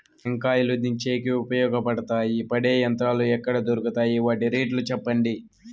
టెంకాయలు దించేకి ఉపయోగపడతాయి పడే యంత్రాలు ఎక్కడ దొరుకుతాయి? వాటి రేట్లు చెప్పండి?